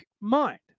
mind